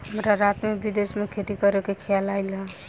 हमरा रात में विदेश में खेती करे के खेआल आइल ह